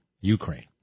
Ukraine